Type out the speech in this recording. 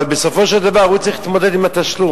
אבל בסופו של דבר הוא צריך להתמודד עם התשלום.